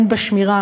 בשמירה